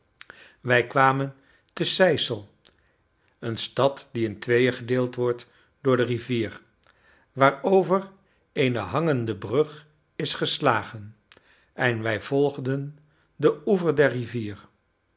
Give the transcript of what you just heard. wij kwamen te seyssel eene stad die in tweeën gedeeld wordt door de rivier waarover eene hangende brug is geslagen en wij volgden den oever der rivier